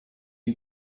you